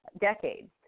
decades